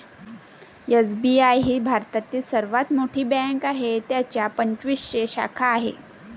SBI ही भारतातील सर्वात मोठी बँक आहे ज्याच्या पंचवीसशे शाखा आहेत